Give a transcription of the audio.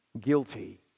guilty